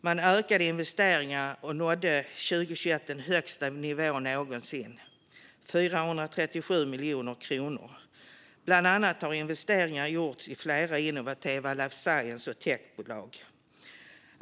Man ökade investeringarna och nådde 2021 den högsta nivån någonsin, 437 miljoner kronor. Bland annat har investeringar gjorts i flera innovativa life science och techbolag.